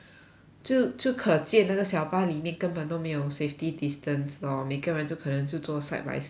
就就可见那个小巴里面根本都没有 safety distance lor 每个人就可能就坐 side by side 这样